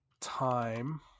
time